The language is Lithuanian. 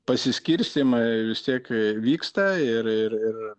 pasiskirstymai vis tiek vyksta ir ir ir